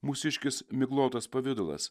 mūsiškis miglotas pavidalas